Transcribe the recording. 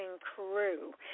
crew